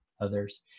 others